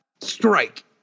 strike